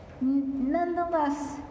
Nonetheless